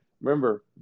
remember